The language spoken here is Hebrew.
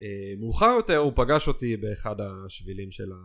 מאוחר יותר הוא פגש אותי באחד השבילים של ה...